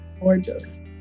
gorgeous